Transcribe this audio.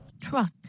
truck